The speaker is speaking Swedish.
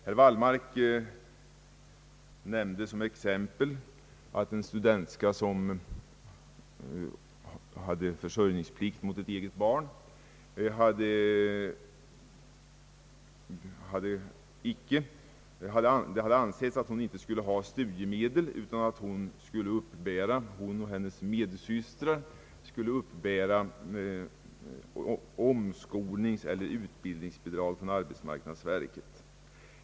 Herr Wallmark nämnde som exempel en studentska med försörjningsplikt mot ett eget barn — det hade ansetts att hon inte skulle ha studiemedel utan att hon och hennes medsystrar borde uppbära omskolningseller utbildningsbidrag från arbetsmarknadsverket.